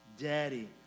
Daddy